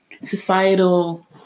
societal